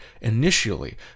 initially